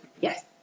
Yes